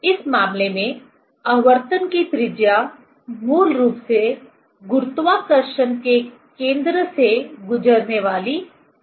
इस मामले में आवर्तन की त्रिज्या मूल रूप से गुरुत्वाकर्षण के केंद्र से गुजरने वाली धुरी है